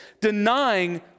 denying